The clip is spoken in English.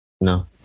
No